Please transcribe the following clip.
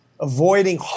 avoiding